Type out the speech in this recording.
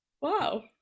Wow